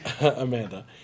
Amanda